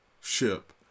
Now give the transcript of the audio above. ship